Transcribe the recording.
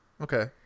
Okay